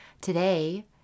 today